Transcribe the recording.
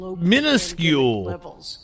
minuscule